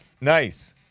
Nice